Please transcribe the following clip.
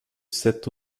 sept